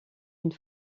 une